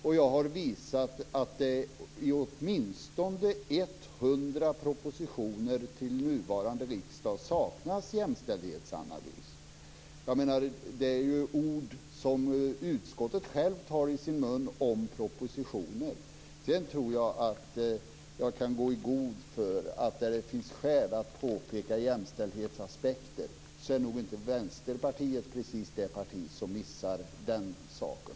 Och jag har visat att det i åtminstone 100 propositioner till nuvarande riksdag saknas jämställdhetsanalys. Jag menar, det här är ju ord som utskottet självt tar i sin mun om propositioner. Sedan tror jag att jag kan gå i god för att där det finns skäl att påpeka jämställdhetsaspekter så är nog inte Vänsterpartiet precis det parti som missar den saken.